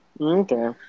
Okay